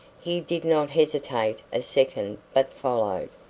he did not hesitate a second but followed.